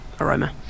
aroma